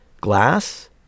glass